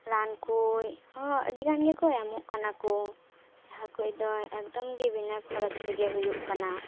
ᱨᱟᱱ ᱠᱚᱦᱚᱸ ᱟᱹᱰᱤ ᱜᱟᱱ ᱜᱮᱠᱚ ᱮᱢᱚᱜ ᱠᱟᱱᱟ ᱠᱚ ᱡᱟᱦᱟᱸ ᱠᱩᱚᱫᱚ ᱮᱠᱫᱚᱢ ᱜᱮ ᱵᱤᱱᱟᱹ ᱠᱷᱚᱨᱚᱪ ᱛᱮᱜᱮ ᱦᱩᱭᱩᱜ ᱠᱟᱱᱟ